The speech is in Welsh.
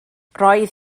roedd